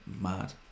Mad